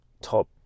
top